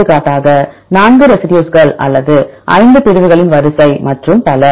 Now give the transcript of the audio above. எடுத்துக்காட்டாக 4 ரெசி டியூஸ்க்கள் அல்லது 5 பிரிவுகளின் வரிசை மற்றும் பல